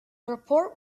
report